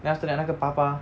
then after that 那个爸爸